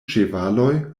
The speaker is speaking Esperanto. ĉevaloj